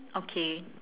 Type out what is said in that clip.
okay